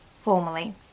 formally